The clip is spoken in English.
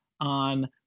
on